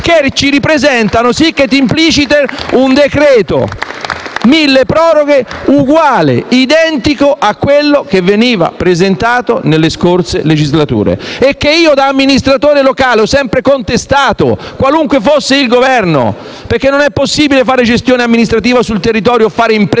che ci ripresentano, *sic et simpliciter*, un decreto milleproroghe uguale, identico a quello che veniva presentato nelle scorse legislature. *(Applausi dai Gruppi FI-BP e PD)*. E che io, da amministratore locale, ho sempre contestato, qualunque fosse il Governo, perché non è possibile fare gestione amministrativa sul territorio o fare impresa